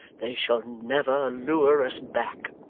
they shall never lure us back